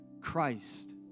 Christ